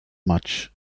much